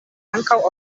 ankaŭ